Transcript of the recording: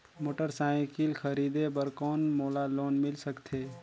Motorcycle खरीदे बर कौन मोला लोन मिल सकथे?